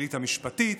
אליטה משפטית,